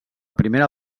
primera